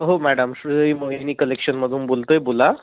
हो मॅडम श्री मोहिनी कलेक्शनमधून बोलतो आहे बोला